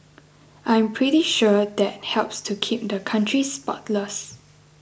I'm pretty sure that helps to keep the country spotless